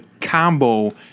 combo